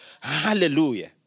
Hallelujah